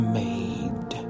made